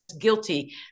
guilty